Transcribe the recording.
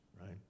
right